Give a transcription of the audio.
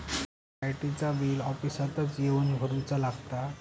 लाईटाचा बिल ऑफिसातच येवन भरुचा लागता?